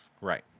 Right